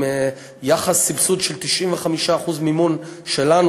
עם יחס סבסוד של 95% מימון שלנו,